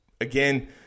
again